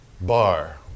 bar